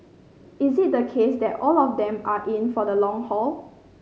is it the case that all of them are in for the long haul